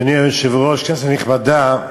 אדוני היושב-ראש, כנסת נכבדה,